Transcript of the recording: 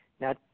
Now